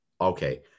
okay